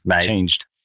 Changed